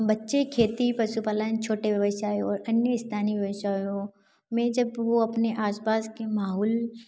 बच्चे खेती पशुपालन छोटे व्यवसाय और अन्य स्थानीय व्यवसायों में जब वह अपने आसपास के माहौल